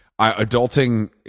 adulting